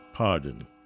Pardon